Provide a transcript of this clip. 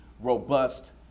robust